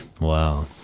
Wow